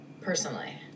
personally